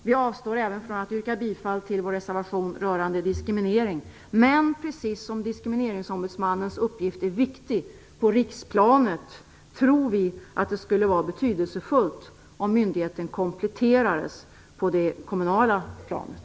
Vi avstår även från att yrka bifall till vår reservation rörande diskriminering, men precis som Diskrimineringsombudsmannens uppgift är viktig på riksplanet tror vi att det skulle vara betydelsefullt om myndigheten kompletterades på det kommunala planet.